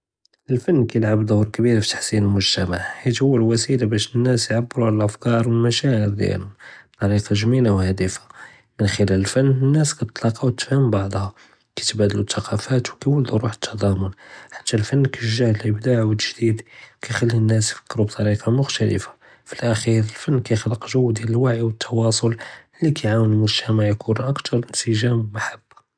אֶל-פַּן קַיְּלַעַב דּוּר קְבִיר פִתְחִסֵּן אֶל-מֻגְתַמַע חַיַת הוּא אֶל-וַסִילָה בַּשּׁ נַאס יְעַבְּרוּ עַל אַפְכּאר וְאֶל-מַשַׁאעֶר דְיַאלְהֶם בִּטְרִיקַה גְּמִילָה וְהַאדְפָּה, מִן חִלَال אֶל-פַּן אֶל-נּאס קַתְלָאקָא וּתְפַהַּם בְּעְדָ'הָא, קַיְּתְבַּלְדְּלוּ תַּקַּלוּפַּאת וְיוֹלְדוּ רוּח תַּضַאמּוּן, חַתָּא אֶל-פַּן קַיְּשַּׁגַּע עַל אִבְדַּاع וְתַגְדִיד, קַיְּخַלִּי אֶל-נּאס יְפַּכְּרוּ בִּטְרִיקַה מֻכְתַלֶּפָה. פִּלְחֵ'יר אֶל-פַּן קַיְּכְלִק גּוּ דִיַאל אֶל-וַעִי וְאֶל-תִּוְاصְל לִי קַיְּעַוֶּן אֶל-מֻגְתַמַע יְכוּן אַכְתַּר אִנְסִגְ'אם וְמַחְבָּה.